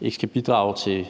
ikke skal bidrage til